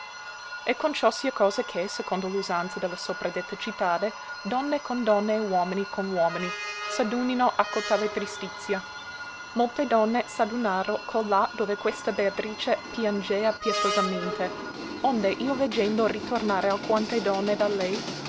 e con ciò sia cosa che secondo l'usanza de la sopradetta cittade donne con donne e uomini con uomini s'adunino a cotale tristizia molte donne s'adunaro colà dove questa beatrice piangea pietosamente onde io veggendo ritornare alquante donne da lei